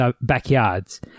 backyards